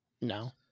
No